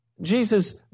Jesus